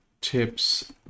tips